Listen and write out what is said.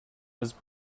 his